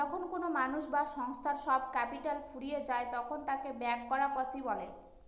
যখন কোনো মানুষ বা সংস্থার সব ক্যাপিটাল ফুরিয়ে যায় তখন তাকে ব্যাংকরাপসি বলে